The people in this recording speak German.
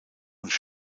und